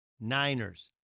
Niners